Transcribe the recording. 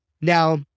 now